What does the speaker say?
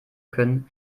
können